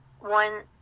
One